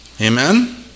Amen